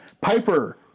Piper